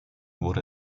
wurde